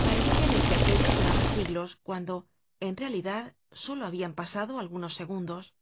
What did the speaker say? parecíale que aquello duraba siglos cuando en realidad solo habian pasado algunos segundos